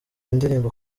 ndirimbo